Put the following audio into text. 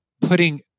putting